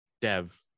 dev